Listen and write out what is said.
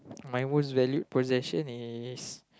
my most valued possession is